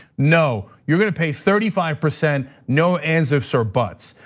no, you're gonna pay thirty five percent no ands, ifs or buts.